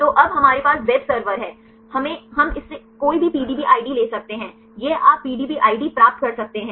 तो अब हमारे पास वेब सर्वर है हम इसे कोई भी पीडीबी आईडी ले सकते हैं यह आप पीडीबी आईडी प्राप्त कर सकते हैं